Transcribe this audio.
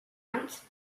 ants